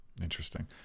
Interesting